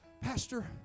Pastor